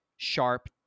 Sharp